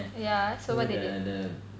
ya so what they did